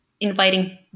inviting